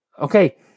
okay